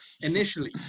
initially